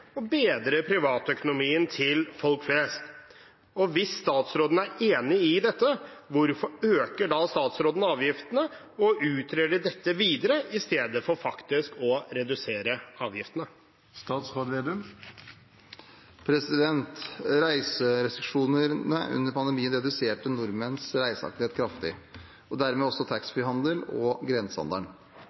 å trygge og skape nye arbeidsplasser, øke skatte- og avgiftsinntekter i Norge og bedre privatøkonomien til folk flest, og hvis statsråden er enig i dette, hvorfor øker da statsråden avgiftene og utreder dette videre i stedet for faktisk å redusere avgiftene?» Reiserestriksjonene under pandemien reduserte nordmenns reiseaktivitet kraftig, dermed også taxfree-handelen og grensehandelen.